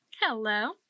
Hello